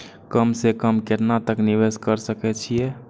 कम से कम केतना तक निवेश कर सके छी ए?